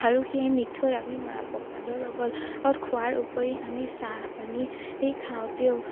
আৰু সেই মিঠৈ আমি মাহ প্ৰসাদৰ লগত খোৱাৰ উপৰি আমি চাহ পানী খাওঁতেও